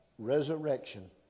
resurrection